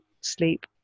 sleep